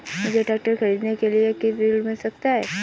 मुझे ट्रैक्टर खरीदने के लिए ऋण कैसे प्राप्त होगा?